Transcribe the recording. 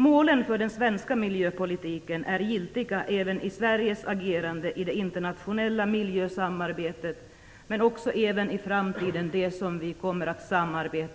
Målen för den svenska miljöpolitiken är giltiga även i Sveriges agerande i det internationella miljösamarbetet men också i det samarbete som vi i framtiden kommer att